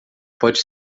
pode